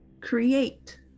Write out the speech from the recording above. create